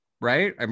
right